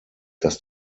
dass